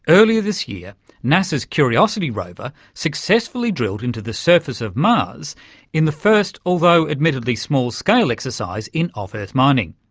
earlier this year nasa's curiosity rover successfully drilled into the surface of mars in the first although admittedly small-scale exercise in off-earth mining.